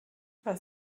was